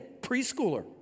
preschooler